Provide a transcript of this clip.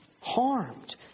harmed